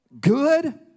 Good